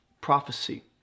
prophecy